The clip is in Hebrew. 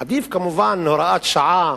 עדיפה, כמובן, הוראת שעה